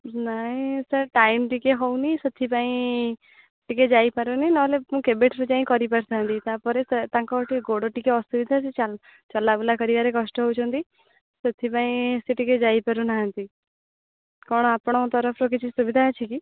ନାଇଁ sir time ଟିକିଏ ହଉନି ସେଥିପାଇଁ ଟିକିଏ ଯାଇପାରୁନି ନହେଲେ ମୁଁ କେବେଠାରୁ ଯାଇ କରିପାରୁଥାନ୍ତି ତାପରେ ତାଙ୍କ ଟିକିଏ ଗୋଡ଼ ଟିକିଏ ଅସୁବିଧା ଚଲାବୁଲା କରିବାରେ କଷ୍ଟ ହେଉଛନ୍ତି ସେଥିପାଇଁ ସେ ଟିକିଏ ଯାଇପାରୁନାହାନ୍ତି କ'ଣ ଆପଣଙ୍କ ତରଫରୁ କିଛି ସୁବିଧା ଅଛି କି